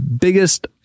Biggest